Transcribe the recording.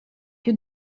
più